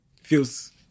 feels